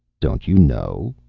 don't you know?